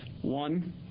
One